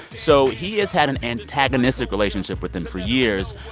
so he has had an antagonistic relationship with them for years,